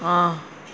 ఆ